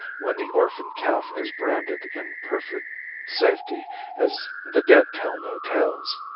when the orphan calf is branded in perfect safety as the dead tell no tales.